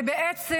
בעצם,